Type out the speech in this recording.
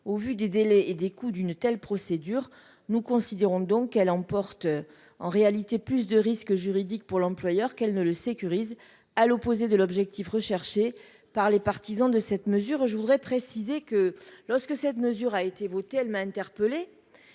au vu des délais et des coûts d'une telle procédure nous considérons donc elle emporte en réalité plus de risque juridique pour l'employeur, qu'elle ne le sécurise à l'opposé de l'objectif recherché. Par les partisans de cette mesure, je voudrais préciser que lorsque cette mesure a été votée, elle m'a interpellé